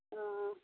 ஆ ஆ